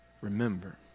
remember